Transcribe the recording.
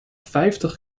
vijftig